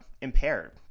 impaired